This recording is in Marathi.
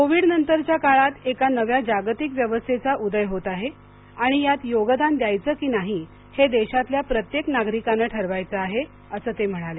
कोविड नंतरच्या काळात एका नव्या जागतिक व्यवस्थेचा उदय होत आहे आणि यात योगदान द्यायचं की नाही हे देशातल्या प्रत्येक नागरिकानं ठरवायचं आहे असं ते म्हणाले